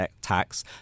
tax